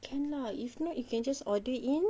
can lah if not you can just order in